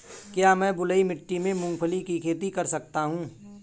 क्या मैं बलुई मिट्टी में मूंगफली की खेती कर सकता हूँ?